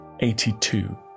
82